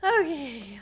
Okay